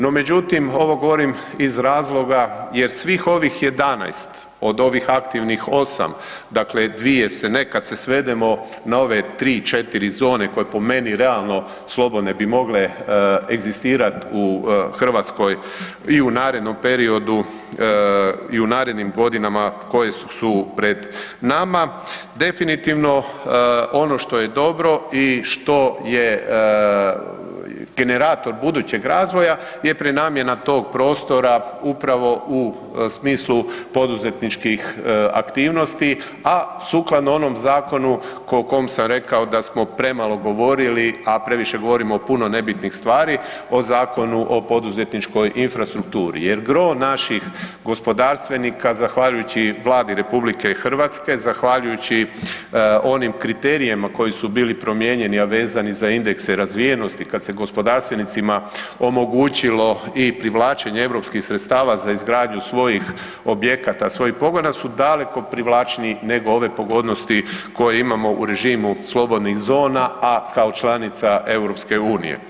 No, međutim, ovo govorim iz razloga jer svih ovih 11 od ovih aktivnih 8, dakle 2 se ne, kad se svedemo na ove 3, 4 zone koje po meni realno slobodne bi mogle egzistirati u Hrvatskoj i u narednom periodu i u narednim godinama koje su pred nama, definitivno ono što je dobro i što je generator budućeg razloga je prenamjena tog prostora upravo u smislu poduzetničkih aktivnosti, a sukladno onom zakonu o kom sam rekao da smo premalo govorili, a previše govorimo o puno nebitnih stvari, o Zakonu o poduzetničkoj infrastrukturi jer gro naših gospodarstvenika zahvaljujući Vladi RH, zahvaljujući onim kriterijima koji su bili promijenjeni, a vezano za indekse razvijenosti, kad se gospodarstvenicima omogućilo i privlačenje EU sredstava za izgradnju svojih objekata, svojih pogona su daleko privlačniji nego ove pogodnosti koje imamo u režimu slobodnih zona, a kao članica EU.